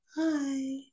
hi